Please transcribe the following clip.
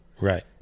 Right